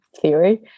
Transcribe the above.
theory